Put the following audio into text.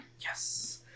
Yes